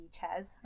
chairs